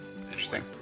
Interesting